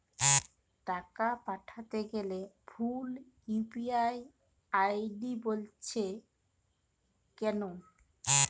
টাকা পাঠাতে গেলে ভুল ইউ.পি.আই আই.ডি বলছে কেনো?